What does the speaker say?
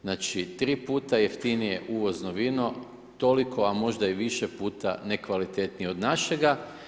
Znači 3x jeftinije uvozno vino toliko a možda i više puta nekvalitetnije od našega.